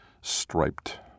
striped